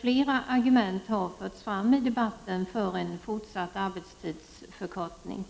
Flera argument har förts fram i debatten för en fortsatt arbetstidsförkortning.